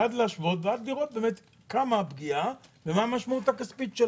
ואז להשוות ולראות כמה הפגיעה ומה המשמעות הכספית שלה.